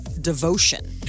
Devotion